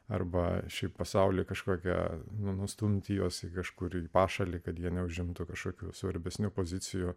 arba šį pasaulį kažkokią nustumti juos kažkur į pašalį kad jie neužimtų kažkokių svarbesnių pozicijų